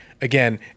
again